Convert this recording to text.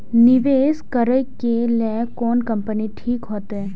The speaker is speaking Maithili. निवेश करे के लेल कोन कंपनी ठीक होते?